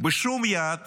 בשום יעד